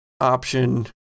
option